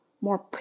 more